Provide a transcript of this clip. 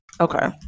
Okay